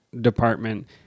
department